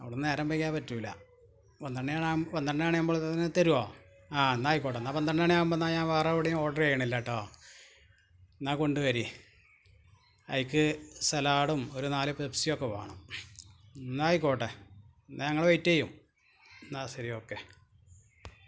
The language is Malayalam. അവിടെ നിന്ന് നേരം വൈകിയാൽ പറ്റില്ല പന്ത്രണ്ട് പന്ത്രണ്ട് മണിയാകുമ്പോഴേക്ക് തരുമോ ആ എന്നാൽ ആയിക്കോട്ടെ എന്നാൽ പന്ത്രണ്ടു മണിയാകുമ്പോൾ ഞാന് വേറെ എവിടെയും ഓര്ഡര് ചെയ്യുന്നില്ല കേട്ടോ എന്നാൽ കൊണ്ടു വരൂ അതിലേക്ക് സലാഡും ഒരു നാല് പെപ്സിയൊക്കെ വേണം എന്നാൽ ആയിക്കോട്ടെ എന്നാൽ ഞങ്ങൾ വെയിറ്റ് ചെയ്യും എന്നാൽ ശരി ഓക്കേ